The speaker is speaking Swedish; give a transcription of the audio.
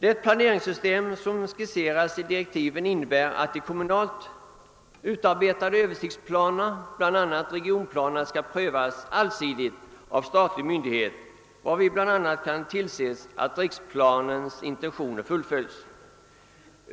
Det planeringssystem som skisseras i direktiven innebär att de kommunalt utarbetade översiktsplanerna, bl.a. regionplanerna, skall prövas allsidigt av statlig myndighet, varvid bl.a. kan tillses att riksplanens intentioner fullföljs.